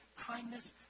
kindness